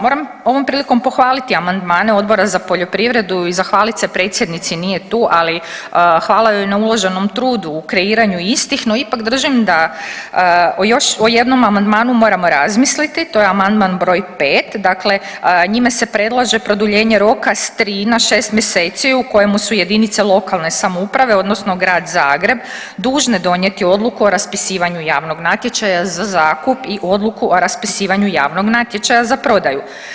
Moram ovom prilikom pohvaliti amandmane Odbora za poljoprivredu i zahvalit se predsjednici, nije tu, ali hvala joj na uloženom trudu, u kreiranju istih, no ipak držim da o još jednom amandmanu moramo razmisliti, to je amandman broj 5, dakle njime se predlaže produljenje roka s 3 na 6 mjeseci u kojemu su JLS odnosno Grad Zagreb dužne donijeti odluku o raspisivanju javnog natječaja za zakup i odluku o raspisivanju javnog natječaja za prodaju.